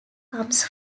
comes